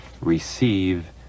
receive